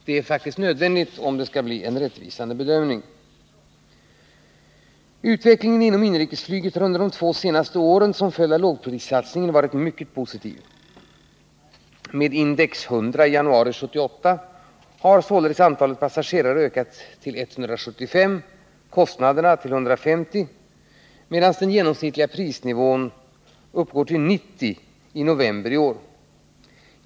Detta är nödvändigt, om bedömningen skall bli rättvisande. Utvecklingen inom inrikesflyget har under de två senaste åren, som följd av lågprissatsningen, varit mycket positiv. Med index 100 i januari 1978 har således antalet passagerare ökat till 175 och kostnaderna ökat till 150, medan den genomsnittliga prisnivån uppgår till 90 i november i år.